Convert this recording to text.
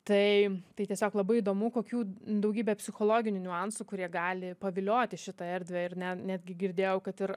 tai tai tiesiog labai įdomu kokių daugybė psichologinių niuansų kurie gali paviliot į šitą erdvę ir ne netgi girdėjau kad ir